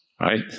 right